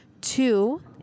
two